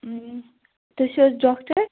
تُہی چھُو حظ ڈاکٹر